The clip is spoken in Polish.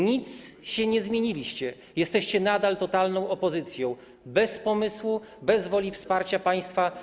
Nic się nie zmieniliście, jesteście nadal totalną opozycją bez pomysłu, bez woli wsparcia państwa.